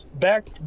back